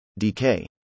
dk